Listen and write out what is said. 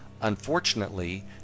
Unfortunately